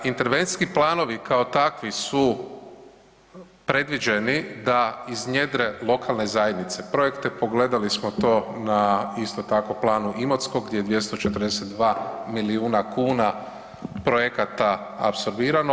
Intervencijski planovi kao takvi su predviđeni da iznjedre lokalne zajednice, projekte pogledali smo to na, isto tako planu Imotskog gdje je 242 milijuna kuna projekata apsorbirano.